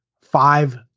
five